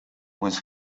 was